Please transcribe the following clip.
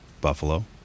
buffalo